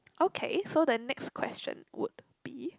okay so the next question would be